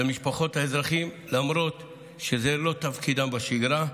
למשפחות האזרחים, למרות שזה לא תפקידם בשגרה,